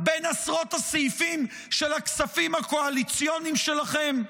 בין עשרות הסעיפים של הכספים הקואליציוניים שלכם?